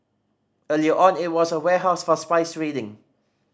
earlier on it was a warehouse for spice trading